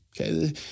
Okay